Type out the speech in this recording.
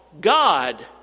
God